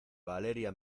valeria